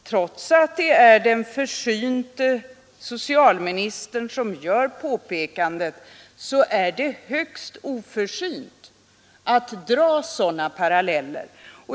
Trots att det är den försynte socialministern som gör påpekandet tycker jag rent ut sagt att det är högst oförsynt att göra sådana påståenden.